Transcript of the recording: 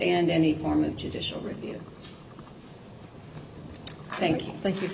and any form of judicial review thank you thank you